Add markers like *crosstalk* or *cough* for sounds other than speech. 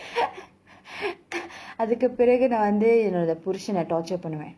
*laughs* அதுக்கு பிறகு நா வந்து என்னோட புருஷன:athuku piragu naa vanthu ennoda purushana torture பண்ணுவேன்:pannuvaen